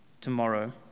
tomorrow